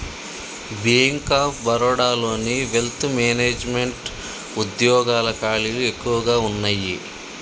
bank of బరోడాలోని wealth management వుద్యోగాల ఖాళీలు ఎక్కువగా వున్నయ్యి